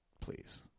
please